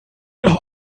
hannes